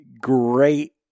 great